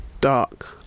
dark